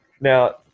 Now